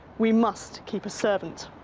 we must keep a servant.